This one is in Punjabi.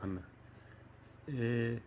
ਹਨ ਇਹ